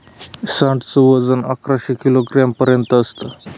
सांड च वजन अकराशे किलोग्राम पर्यंत असत